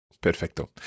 Perfecto